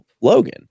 Logan